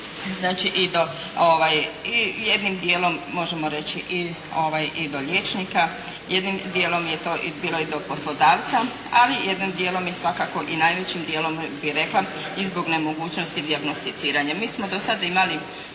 je i jednim djelom možemo reći i do liječnika. Jednim djelom je to bilo i do poslodavca ali jednim djelom svakako i najvećim djelom bih rekla i zbog nemogućnosti dijagnosticiranja. Mi smo do sada imali